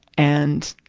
and,